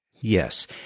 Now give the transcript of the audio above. Yes